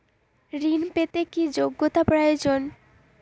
ঋণ পেতে কি যোগ্যতা প্রয়োজন?